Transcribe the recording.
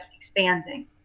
expanding